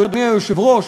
אדוני היושב-ראש,